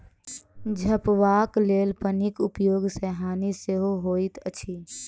झपबाक लेल पन्नीक उपयोग सॅ हानि सेहो होइत अछि